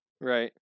Right